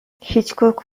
hitchcock